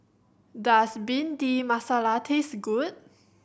does Bhindi Masala taste good